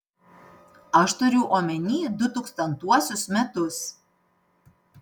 aš turiu omeny du tūkstantuosius metus